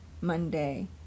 Monday